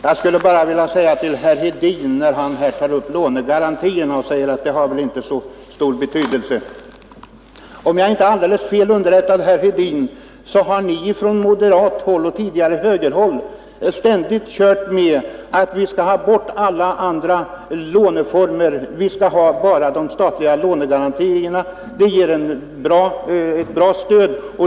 Herr talman! Bara några ord till herr Hedin, när han säger att lånegarantierna har väl inte så stor betydelse. Om jag inte är alldeles fel underrättad, herr Hedin, så har ni från moderat håll och tidigare från högerhåll ständigt kört med att vi skall avskaffa alla andra låneformer och bara behålla de statliga lånegarantierna.